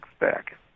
back